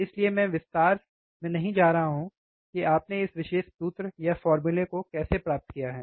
इसलिए मैं विस्तार में नहीं जा रहा हूं कि आपने इस विशेष सूत्र को कैसे प्राप्त किया है